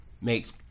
Makes